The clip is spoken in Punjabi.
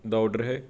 ਦਾ ਔਡਰ ਹੈ